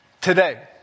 today